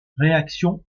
réaction